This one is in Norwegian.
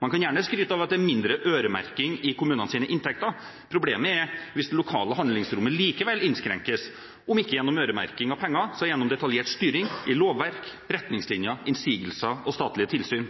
Man kan gjerne skryte av at det er mindre øremerking i kommunenes inntekter, problemet er hvis det lokale handlingsrommet likevel innskrenkes – om ikke gjennom øremerking av penger, så gjennom detaljert styring i lovverk, retningslinjer, innsigelser og statlige tilsyn.